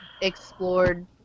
explored